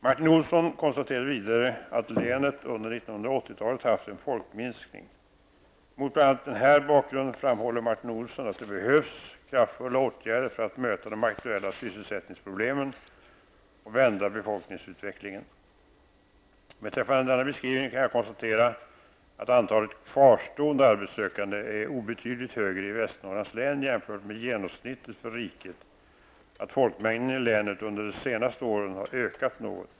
Martin Olsson konstaterar vidare att länet under 1980-talet haft en befolkningsminskning. Mot bl.a. den här bakgrunden framhåller Martin Olsson att det behövs kraftfulla åtgärder för att möta de aktuella sysselsättningsproblemen och vända befolkningsutvecklingen. Beträffande denna beskrivning kan jag konstatera att antalet kvarstående arbetssökande är obetydligt högre i Västernorrlands län än genomsnittet för riket och att folkmängden i länet under de senaste åren har ökat något.